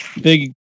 big